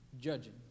Judging